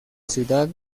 ciudad